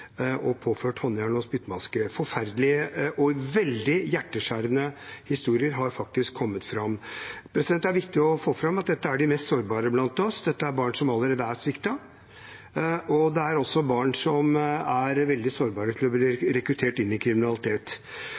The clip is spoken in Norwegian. og påført håndjern og spyttmaske – forferdelige og veldig hjerteskjærende historier har faktisk kommet fram. Det er viktig å få fram at dette er de mest sårbare blant oss, dette er barn som allerede er sviktet. Det er også barn som er veldig sårbare for å bli rekruttert inn i kriminalitet.